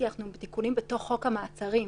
אנחנו בתיקונים בחוק המעצרים,